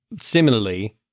similarly